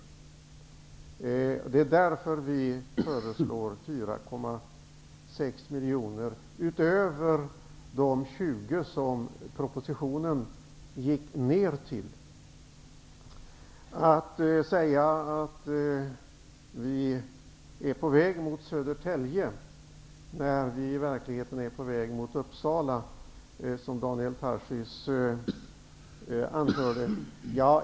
Det är därför vi föreslår 4,6 miljoner utöver de 20 som propositionen gick ner till. Det är konstigt att påstå att man är på väg mot Södertälje, när man i verkligheten är på väg mot Uppsala, säger Daniel Tarschys.